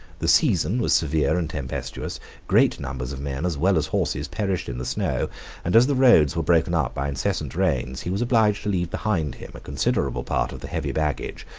the season was severe and tempestuous great numbers of men as well as horses perished in the snow and as the roads were broken up by incessant rains, he was obliged to leave behind him a considerable part of the heavy baggage,